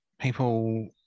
people